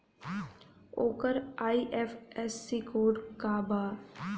ओकर IFSC code का बा?